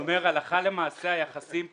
אז אני אומר שהלכה למעשה היחסים פה,